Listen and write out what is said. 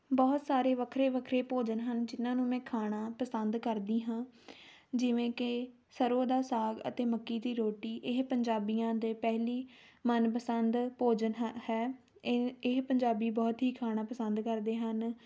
ਬਹੁਤ ਸਾਰੇ ਵੱਖਰੇ ਵੱਖਰੇ ਭੋਜਨ ਹਨ ਜਿਹਨਾਂ ਨੂੰ ਮੈਂ ਖਾਣਾ ਪਸੰਦ ਕਰਦੀ ਹਾਂ ਜਿਵੇਂ ਕਿ ਸਰ੍ਹੋਂ ਦਾ ਸਾਗ ਅਤੇ ਮੱਕੀ ਦੀ ਰੋਟੀ ਇਹ ਪੰਜਾਬੀਆਂ ਦੇ ਪਹਿਲੀ ਮਨਪਸੰਦ ਭੋਜਨ ਹ ਹੈ ਇਹ ਇਹ ਪੰਜਾਬੀ ਬਹੁਤ ਹੀ ਖਾਣਾ ਪਸੰਦ ਕਰਦੇ ਹਨ